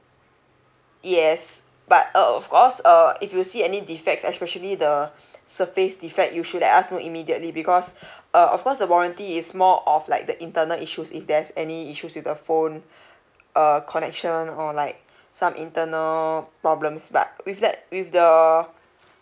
yes but uh of course uh if you see any defects especially the surface defect you should let us know immediately because uh of course the warranty is more of like the internal issues if there's any issues with the phone uh connection or like some internal problems but with that with the